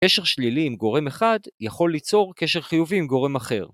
קשר שלילי עם גורם אחד יכול ליצור קשר חיובי עם גורם אחר.